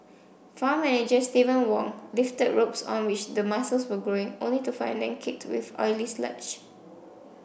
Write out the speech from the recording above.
farm manager Steven Wong lifted ropes on which the mussels were growing only to find them caked with oily sludge